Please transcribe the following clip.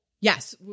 yes